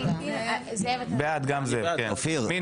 מי בעד, מי